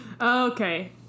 Okay